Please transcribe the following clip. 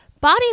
body